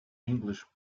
english